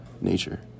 nature